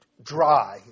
dry